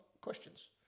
questions